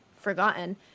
forgotten